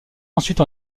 ensuite